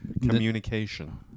communication